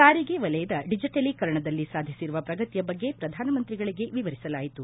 ಸಾರಿಗೆ ವೆಲಯದ ಡಿಜಿಟಲೀಕರಣದಲ್ಲಿ ಸಾಧಿಸಿರುವ ಪ್ರಗತಿಯ ಬಗ್ಗೆ ಪ್ರಧಾನಮಂತ್ರಿಗಳಿಗೆ ವಿವರಿಸಲಾಯಿತು